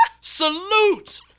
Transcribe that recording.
salute